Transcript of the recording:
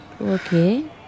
okay